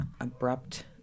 abrupt